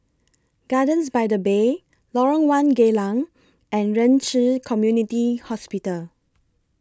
Gardens By The Bay Lorong one Geylang and Ren Ci Community Hospital